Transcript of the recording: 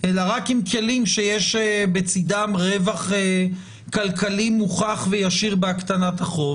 אלא רק עם כלים שיש בצידם רווח כלכלי מוכח וישיר בהקטנת החוב